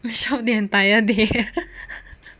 we shop the entire day ah